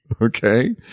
Okay